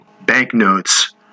banknotes